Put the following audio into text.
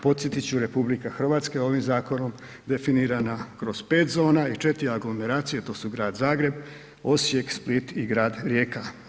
Podsjetit ću RH je ovim zakonom definirana kroz 5 zona i 4 aglomeracije to su Grad Zagreb, Osijek, Split i grad Rijeka.